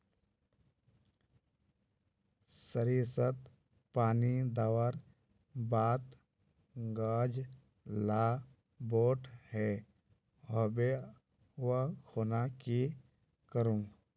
सरिसत पानी दवर बात गाज ला बोट है होबे ओ खुना की करूम?